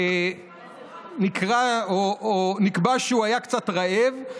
נקבע שהוא היה קצת רעב,